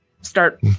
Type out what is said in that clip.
start